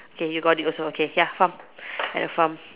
ya you got it also okay ya farm at a farm